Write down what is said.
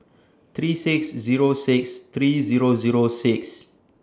three six Zero six three Zero Zero six